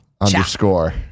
underscore